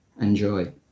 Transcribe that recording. Enjoy